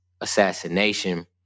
assassination